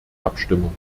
abstimmung